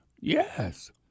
Yes